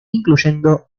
incluyendo